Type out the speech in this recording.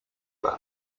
where